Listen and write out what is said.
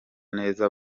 neza